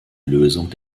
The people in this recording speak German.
lösung